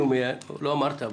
לא אמרת,